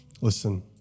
Listen